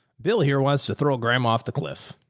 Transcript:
bill here wants to throw grandma off the cliff.